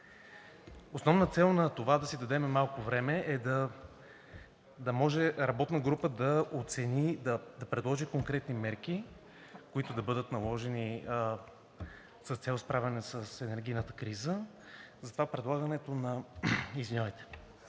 Основна цел на това да си дадем малко време е да може работна група да оцени, да предложи конкретни мерки, които да бъдат наложени с цел справяне с енергийната криза. Затова предлагането на мерки, които